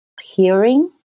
hearing